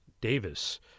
Davis